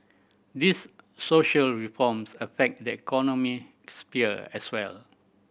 these social reforms affect the economic sphere as well